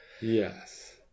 Yes